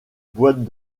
boites